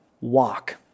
walk